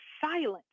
silent